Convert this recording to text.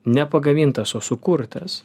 ne pagamintas o sukurtas